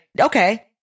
okay